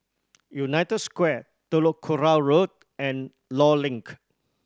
United Square Telok Kurau Road and Law Link